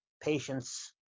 patience